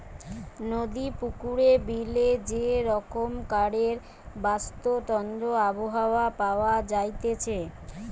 নদী, পুকুরে, বিলে যে রকমকারের বাস্তুতন্ত্র আবহাওয়া পাওয়া যাইতেছে